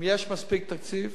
אם יש מספיק תקציב,